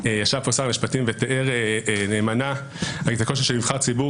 ישב פה שר המשפטים ותיאר נאמנה את הקושי של נבחר ציבור